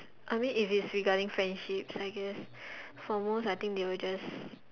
I mean if it's regarding friendships I guess for most I think they will just